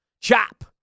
Chop